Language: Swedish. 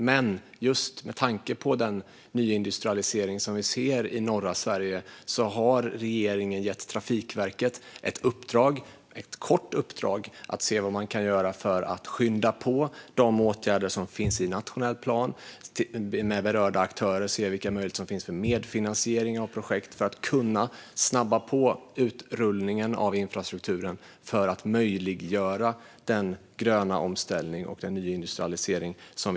Med tanke på den nyindustrialisering som vi ser i norra Sverige har regeringen gett Trafikverket ett kort uppdrag att se vad man kan göra för att skynda på de åtgärder som finns i nationell plan och tillsammans med berörda aktörer se vilka möjligheter som finns för medfinansiering av projekt för att kunna snabba på utrullningen av infrastrukturen och möjliggöra den gröna omställningen och nyindustrialiseringen.